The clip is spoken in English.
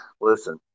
listen